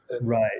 Right